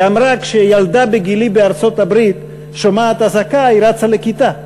היא אמרה: כשילדה בגילי בארצות-הברית שומעת אזעקה היא רצה לכיתה,